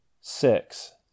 Six